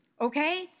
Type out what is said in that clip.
okay